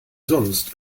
sonst